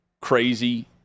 crazy